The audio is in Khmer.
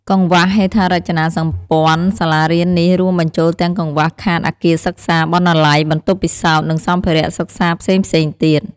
កង្វះហេដ្ឋារចនាសម្ព័ន្ធសាលារៀននេះរួមបញ្ចូលទាំងកង្វះខាតអគារសិក្សា បណ្ណាល័យ បន្ទប់ពិសោធន៍ និងសម្ភារៈសិក្សាផ្សេងៗទៀត។